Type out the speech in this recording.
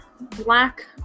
black